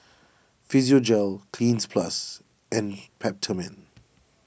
Physiogel Cleanz Plus and Peptamen